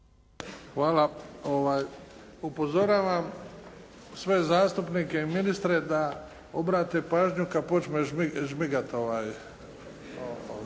Hvala. Upozoravam sve zastupnike i ministre da obrate pažnju kada počne "žmigati"